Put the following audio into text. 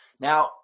Now